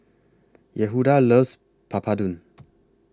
Yehuda loves Papadum